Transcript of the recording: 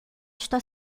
está